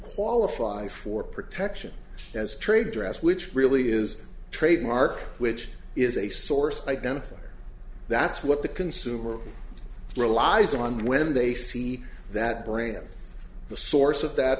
qualify for protection as trade dress which really is trademark which is a source identifier that's what the consumer relies on when they see that brand the source of that